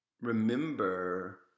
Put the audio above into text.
remember